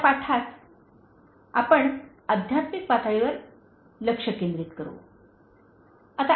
या पाठात आपण आध्यात्मिक पातळीवर लक्ष केंद्रित करू